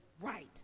right